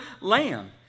lamb